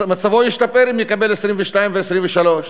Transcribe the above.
מצבו ישתפר אם יקבל 22,000 ו-23,000,